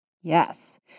Yes